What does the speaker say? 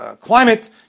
Climate